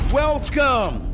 welcome